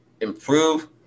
improve